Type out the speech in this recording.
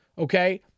Okay